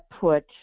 put